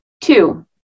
Two